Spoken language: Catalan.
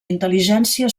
intel·ligència